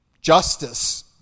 justice